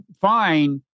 fine